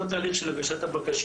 אותו תהליך של הגשת הבקשה.